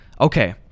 okay